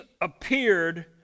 appeared